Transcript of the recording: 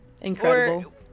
incredible